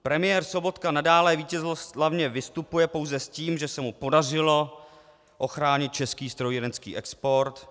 Premiér Sobotka nadále vítězoslavně vystupuje pouze s tím, že se mu podařilo ochránit český strojírenský export.